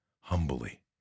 humbly